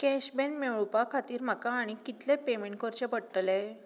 cashback मेळोवपा खातीर म्हाका आनीक कितले पेमेंट करचे पडटले